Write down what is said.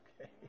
okay